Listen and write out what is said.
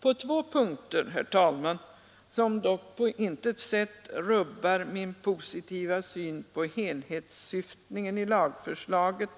På två punkter, som dock på intet sätt rubbar min positiva syn på Onsdagen den helhetssyftningen i lagförslaget,